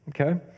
Okay